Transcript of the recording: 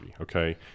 Okay